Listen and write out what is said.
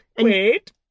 Wait